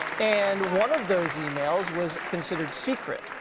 and one of those emails was considered secret,